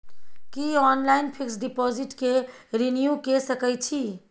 की online fix deposit के renew के सकै छी?